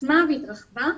התעצמה והתרחבה,